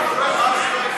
הוא לא מסכים.